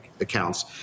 accounts